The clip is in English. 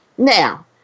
Now